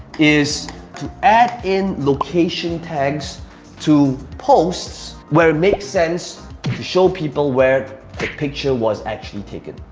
is to add in location tags to posts where it makes sense to show people where the picture was actually taken.